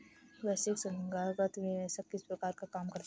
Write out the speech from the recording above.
वैश्विक संथागत निवेशक किस प्रकार काम करते हैं?